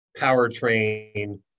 powertrain